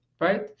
right